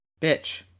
bitch